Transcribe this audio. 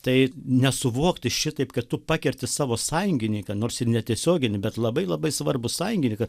tai nesuvokti šitaip kad tu pakerti savo sąjungininką nors ir netiesioginį bet labai labai svarbų sąjungininką